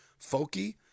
folky